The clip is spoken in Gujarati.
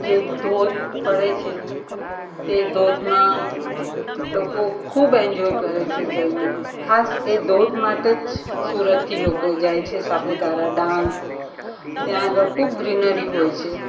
જે ધોધ પડે છે તે ધોધમાં લોકો ખૂબ એન્જોય કરે છે જઈને ખાસ એ ધોધ માટે જ સુરતથી લોકો જાય છે સાપુતારા ડાંગ ત્યાં આગળ ખૂબ ગ્રીનરી હોય છે